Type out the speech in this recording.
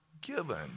given